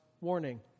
warning